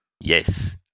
Yes